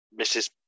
Mrs